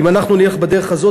אם אנחנו נלך בדרך הזאת,